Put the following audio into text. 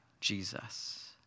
Jesus